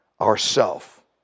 ourself